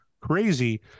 Crazy